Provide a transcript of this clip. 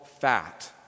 fat